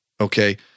okay